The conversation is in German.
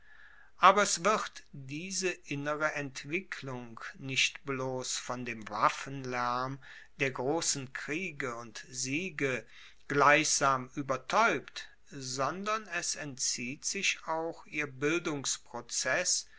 aber es wird diese innere entwicklung nicht bloss von dem waffenlaerm der grossen kriege und siege gleichsam uebertaeubt sondern es entzieht sich auch ihr bildungsprozess